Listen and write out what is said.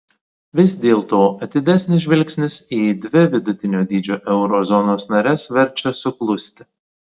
vis dėlto atidesnis žvilgsnis į dvi vidutinio dydžio euro zonos nares verčia suklusti